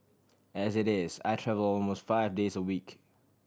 as it is I travel almost five days a week